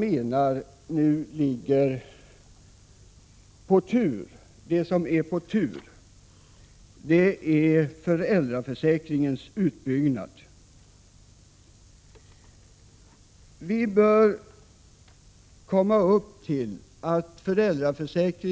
Det som nu står i tur är föräldraförsäkringens utbyggnad. Föräldraförsäkringen bör komma upp till att täcka ett och ett halvt